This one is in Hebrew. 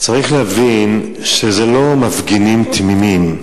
צריך להבין שזה לא מפגינים תמימים.